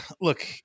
look